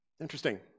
Interesting